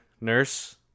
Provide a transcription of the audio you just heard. nurse